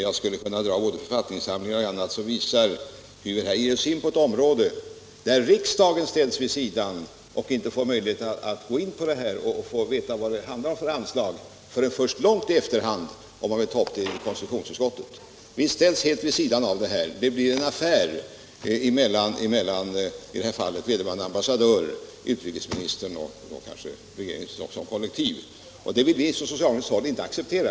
Jag skulle kunna dra både författningssamlingar och andra handlingar för att visa att vi ger oss in på ett område där riksdagen ställs vid sidan och inte får veta vad det handlar om för anslag förrän långt i efterhand vid granskningen i konstitutionsutskottet. Vi ställs helt vid sidan. Det blir en affär mellan vederbörande ambassadör och utrikesministern eller kanske regeringen som kollektiv. Det vill vi socialdemokrater inte acceptera.